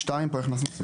אני מתנצל.